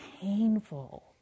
painful